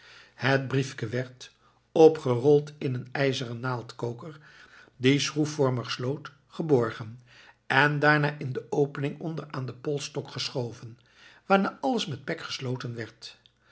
het briefken werd opgerold in den ijzeren naaldenkoker die schroefvormig sloot geborgen en daarna in de opening onder aan den polsstok geschoven waarna alles met pek gesloten werd